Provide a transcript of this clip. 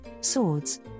swords